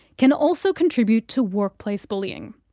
can also contribute to workplace bullying.